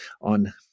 on